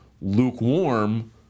lukewarm